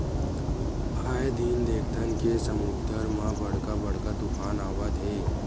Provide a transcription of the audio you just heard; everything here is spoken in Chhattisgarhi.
आए दिन देखथन के समुद्दर म बड़का बड़का तुफान आवत हे